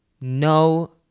no